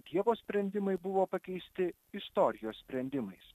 dievo sprendimai buvo pakeisti istorijos sprendimais